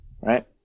right